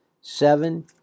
seven